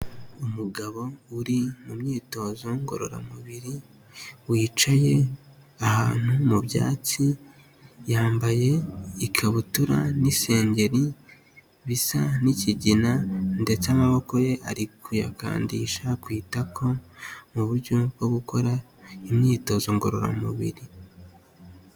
Umugabo uri mu myitozo ngororamubiri, wicaye ahantu mu byatsi, yambaye ikabutura n'isengeri bisa n'ikigina, ndetse amaboko ye ari kuyakandisha ku itako, mu buryo bwo gukora, imyitozo ngororamubiri.